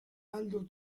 aldo